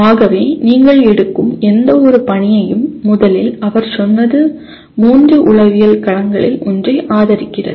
ஆகவே நீங்கள் எடுக்கும் எந்தவொரு பணியையும் முதலில் அவர் சொன்னது மூன்று உளவியல் களங்களில் ஒன்றை ஆதரிக்கிறது